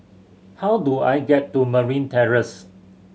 how do I get to Marine Terrace